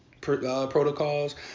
protocols